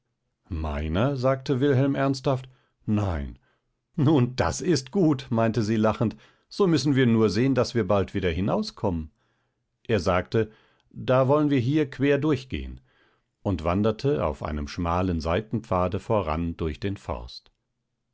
meiner sagte wilhelm ernsthaft nein nun das ist gut meinte sie lachend so müssen wir nur sehen daß wir bald wieder hinauskommen er sagte da wollen wir hier quer durchgehen und wanderte auf einem schmalen seitenpfade voran durch den forst